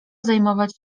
zajmować